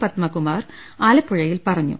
പത്മകുമാർ ആ ലപ്പുഴയിൽ പറഞ്ഞു